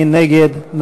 מי נגד?